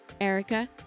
Erica